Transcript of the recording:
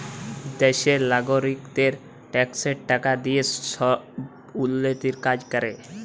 দ্যাশের লগারিকদের ট্যাক্সের টাকা দিঁয়ে ছব উল্ল্যতির কাজ ক্যরে